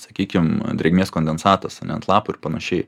sakykim drėgmės kondensatas ane ant lapų ir panašiai